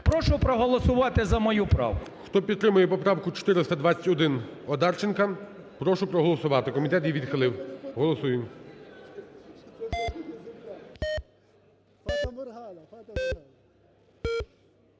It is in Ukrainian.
Прошу проголосувати за мою правку. ГОЛОВУЮЧИЙ. Хто підтримує поправку 421 Одарченка, прошу проголосувати. Комітет її відхилив. Голосуємо.